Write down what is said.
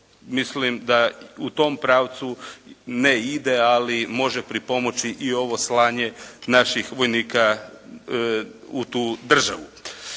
mislim da u tom pravcu ne ide ali može pripomoći i ovo slanje naših vojnika u tu državu.